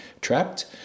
trapped